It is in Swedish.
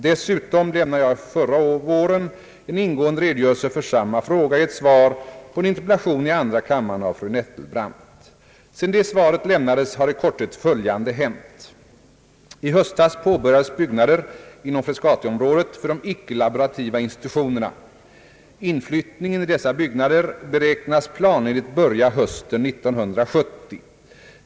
Dessutom lämnade jag förra våren en ingående redogörelse för samma fråga i ett svar på en interpellation i andra kammaren av fru Nettelbrandt. Sedan det svaret lämnades har i korthet följande hänt. I höstas påbörjades byggnader inom Frescatiområdet för de icke-laborativa institutionerna. Inflyttningen i dessa byggnader beräknas planenligt börja hösten 1970.